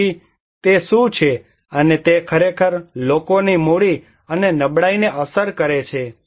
તેથી તે શું છે અને તે ખરેખર લોકોની મૂડી અને નબળાઈને અસર કરે છે